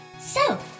So